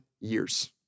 years